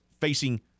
facing